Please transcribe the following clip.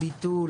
ביטול,